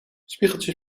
spiegeltje